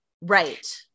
Right